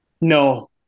No